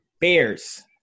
Bears